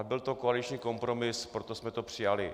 Byl to koaliční kompromis, proto jsme to přijali.